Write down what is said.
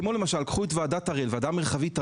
קחו למשל את ועדה מרחבית הראל,